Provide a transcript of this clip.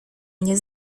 mnie